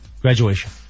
graduation